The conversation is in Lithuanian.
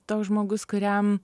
toks žmogus kuriam